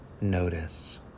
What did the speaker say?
Notice